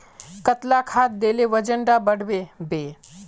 कतला खाद देले वजन डा बढ़बे बे?